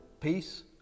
Peace